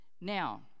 Now